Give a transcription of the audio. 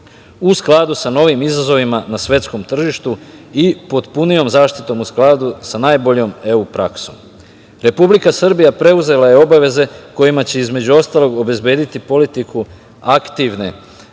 u skladu sa novim izazovima na svetskom tržištu i potpunijom zaštitom u skladu sa najboljom EU praksom. Republika Srbija preuzela je obaveze kojima će, između ostalog, obezbediti politiku aktivne